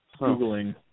Googling